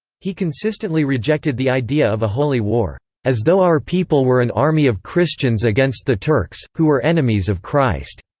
he consistently rejected the idea of a holy war, as though our people were an army of christians against the turks, who were enemies of christ.